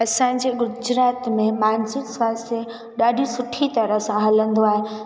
असांजे गुजरात में मानसिक स्वास्थ्यु ॾाढी सुठी तराह सां हलंदो आहे